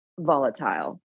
volatile